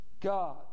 God